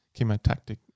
chemotactic